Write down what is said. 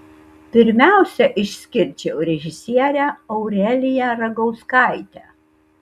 pirmiausia išskirčiau režisierę aureliją ragauskaitę